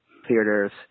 theaters